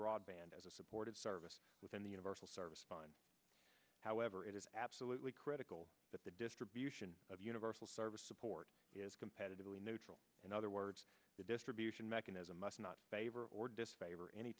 broadband as a supportive service within the universal service fund however it is absolutely critical that the distribution of universal service support is competitively neutral in other words the distribution mechanism must not favor or disfavor any